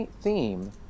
theme